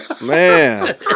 Man